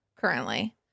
currently